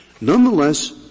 Nonetheless